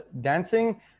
dancing